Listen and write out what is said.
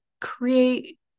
create